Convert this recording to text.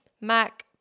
Mac